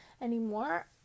anymore